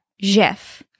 Jeff